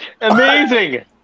Amazing